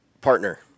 partner